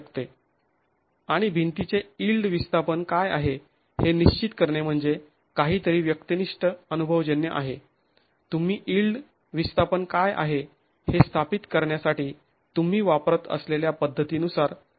आणि भिंतीचे यिल्ड विस्थापन काय आहे हे निश्चित करणे म्हणजे काहीतरी व्यक्तिनिष्ठ अनुभवजन्य आहे तुम्ही यिल्ड विस्थापन काय आहे हे स्थापित करण्यासाठी तुम्ही वापरत असलेल्या पद्धतीनुसार भिन्न असू शकते